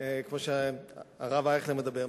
כמו שהרב אייכלר מדבר,